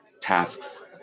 tasks